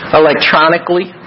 electronically